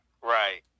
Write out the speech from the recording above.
Right